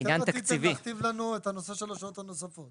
אתם רציתם להכתיב לנו את הנושא של השעות הנוספות,